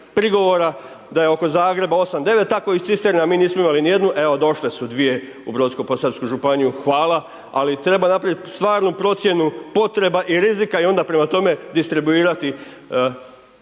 da je oko Zagreba 8, 9, tako i cisterna, a mi nismo imali nijednu, evo došle su dvije u Brodsko-posavsku županiju, hvala, ali treba napraviti stvarnu procjenu potreba i rizika i onda prema tome distribuirati